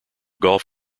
golf